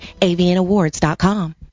avianawards.com